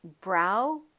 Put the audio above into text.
Brow